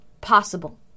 possible